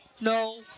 No